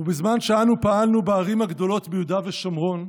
ובזמן שאנו פעלנו בערים הגדולות ביהודה ושומרון,